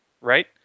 right